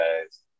guys